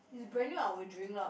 if it's brand new I will drink lah